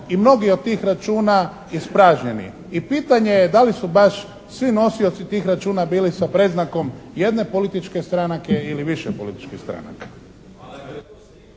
i mnogi od tih računa ispražnjeni i pitanje je da li su baš svi nosioci tih računa bili sa predznakom jedne političke stranke ili više političkih stranaka.